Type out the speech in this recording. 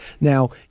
Now